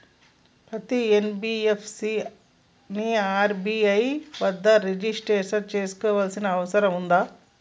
పత్తి ఎన్.బి.ఎఫ్.సి ని ఆర్.బి.ఐ వద్ద రిజిష్టర్ చేసుకోవాల్సిన అవసరం ఉందా?